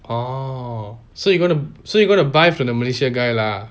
oh so you gonna so you gonna buy from the malaysia guy lah